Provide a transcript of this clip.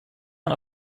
man